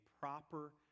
proper